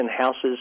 House's